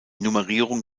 nummerierung